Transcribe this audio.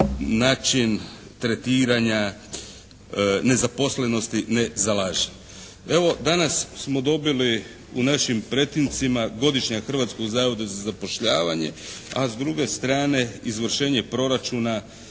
način tretiranja nezaposlenosti ne zalažem. Evo danas smo dobili u našim pretincima godišnjak Hrvatskog zavoda za zapošljavanje, a s druge strane izvršenje proračuna